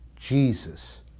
Jesus